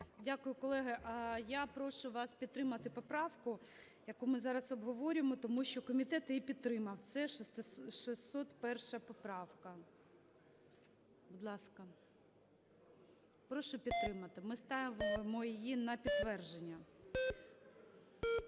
Дякую. Колеги, я прошу вас підтримати поправку, яку ми зараз обговорюємо, тому що комітет її підтримав, це 601 поправка. Будь ласка, прошу підтримати, ми ставимо її на підтвердження.